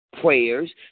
prayers